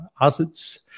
assets